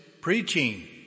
preaching